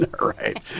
Right